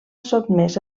sotmès